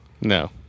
No